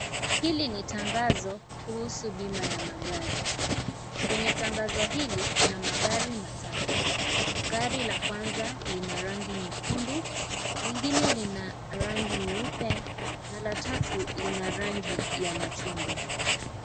Hili ni tangazo kuhusu bima ya magari. Kwenye tangazo hili, kuna magari matatu. Gari la kwanza, lina rangi nyekundu, lingine lina rangi nyeupe na la tatu, lina rangi ya machungwa.